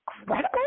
incredible